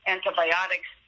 Antibiotics